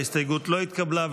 ההסתייגות לא התקבלה.